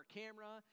camera